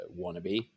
wannabe